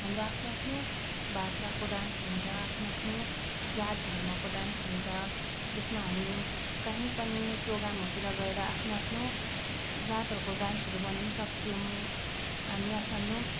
हाम्रो आफ्नो आफ्नो भाषाको डान्स हुन्छ आफ्नो आफ्नो जात धर्मको डान्स हुन्छ जसमा हामी काहीँ पनि प्रोग्रामहरूतिर गएर आफ्नो आफ्नो जातहरूको डान्सहरू गर्न पनि सक्छौँ हामी आफ्नो आफ्नो